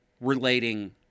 relating